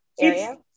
area